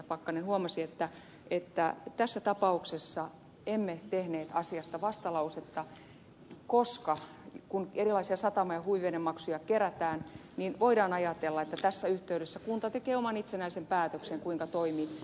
pakkanen huomasi että tässä tapauksessa emme tehneet asiasta vastalausetta koska kun erilaisia satama ja huvivenemaksuja kerätään voidaan ajatella että tässä yhteydessä kunta tekee oman itsenäisen päätöksen kuinka toimia